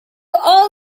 all